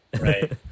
right